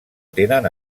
tenen